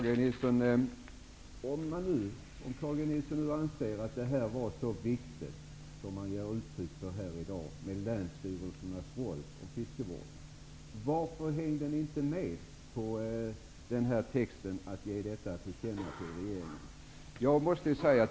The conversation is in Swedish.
Herr talman! Om Carl G Nilsson anser att länsstyrelsernas roll och fiskevården är så viktig som man har gett uttryck för här i dag, undrar jag varför ni inte hängde med på texten att detta skall ges regeringen till känna.